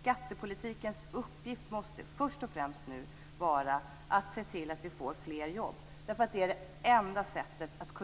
Skattepolitikens uppgift måste först och främst vara att se till att vi får fler jobb. Det är det enda sättet att